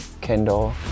Kendall